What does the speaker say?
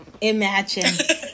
imagine